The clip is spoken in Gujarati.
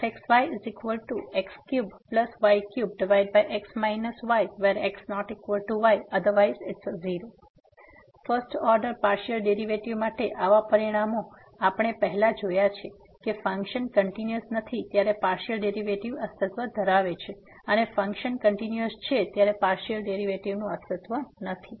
fxyx3y3x yx≠y 0elsewhere first order partial derivative માટે આવા પરિણામો આપણે પહેલા જોયા છે કે ફંક્શન કંટીન્યુઅસ નથી ત્યારે પાર્સીઅલ ડેરીવેટીવ અસ્તિત્વ ધરાવે છે અને ફંક્શન કંટીન્યુઅસ છે ત્યારે પાર્સીઅલ ડેરીવેટીવનું અસ્તિત્વ નથી